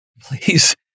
please